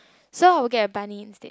so I will get bunny instead